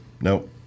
Nope